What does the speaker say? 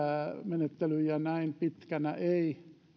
menettelyjä näin pitkänä ei